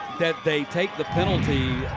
that they take the penalty.